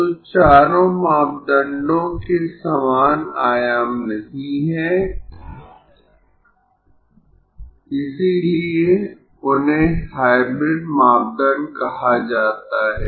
तो चारों मापदंडों के समान आयाम नहीं है इसीलिए उन्हें हाइब्रिड मापदंड कहा जाता है